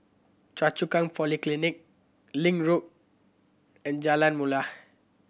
Choa Chu Kang Polyclinic Link Road and Jalan Mulia